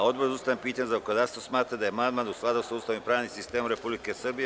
Odbora za ustavna pitanja i zakonodavstvo smatra da je amandman u skladu sa Ustavom i pravnim sistemom Republike Srbije.